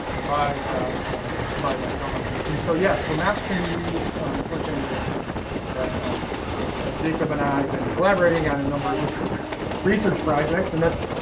by by that government and so yeah so maps can be used. it's one thing that that um yeah jacob and i been collaborating on a number of different research projects. and that's,